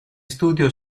studio